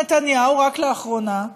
נתניהו רק לאחרונה,